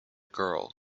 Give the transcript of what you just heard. girl